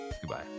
Goodbye